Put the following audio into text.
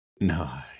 No